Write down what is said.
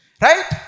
Right